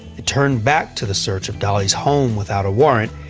it turned back to the search of dolly's home without a warrant,